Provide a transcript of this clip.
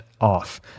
off